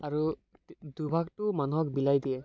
আৰু দুভাগটো মানুহক বিলাই দিয়ে